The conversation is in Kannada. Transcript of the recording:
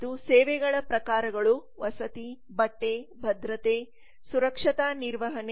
ಮತ್ತು ಸೇವೆಗಳ ಪ್ರಕಾರಗಳು ವಸತಿ ಬಟ್ಟೆ ಭದ್ರತೆ ಸುರಕ್ಷತಾ ನಿರ್ವಹಣೆ ಮತ್ತು ವಿಮಾ ಸೇವೆಗಳು ಆಗಿವೆ